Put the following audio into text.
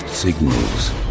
Signals